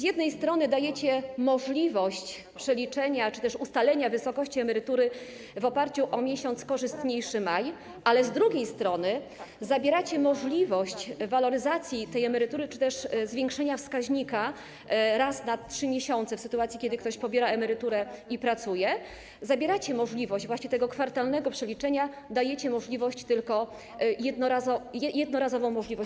Z jednej strony dajecie możliwość przeliczenia czy też ustalenia wysokości emerytury na podstawie miesiąca korzystniejszego, maja, ale z drugiej strony zabieracie możliwość waloryzacji tej emerytury czy też zwiększenia wskaźnika raz na 3 miesiące w sytuacji, kiedy ktoś pobiera emeryturę i pracuje, zabieracie możliwość właśnie tego kwartalnego przeliczenia, dajecie tylko taką jednorazową możliwość.